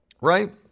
right